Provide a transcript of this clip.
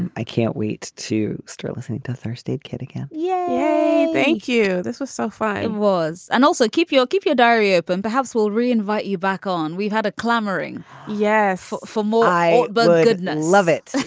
and i can't wait to start listening to thursday kid again yeah. thank you. this was so fine i was and also keep you keep your diary open. perhaps we'll re invite you back on we've had a clamoring yes for more but i would love it.